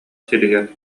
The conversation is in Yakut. сиригэр